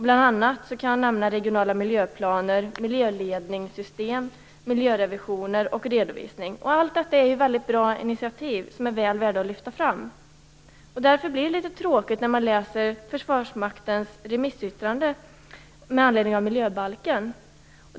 Bl.a. kan jag nämna regionala miljöplaner, miljöledningssystem, miljörevisioner och redovisning. Allt detta är bra initiativ som är väl värda att lyfta fram. Därför blir det litet tråkigt när man läser Försvarsmaktens remissyttrande i anledning av miljöbalken.